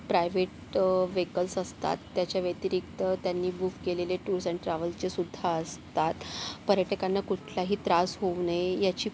private vehicles असतात त्याच्या व्यतिरिक्त त्यांनी बुक केलेले टूर्स अँड ट्रॅवल्सचे सुद्धा असतात पर्यटकांना कुठलाही त्रास होऊ नये ह्याची